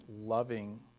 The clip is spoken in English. loving